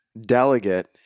delegate